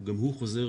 גם הוא חוזר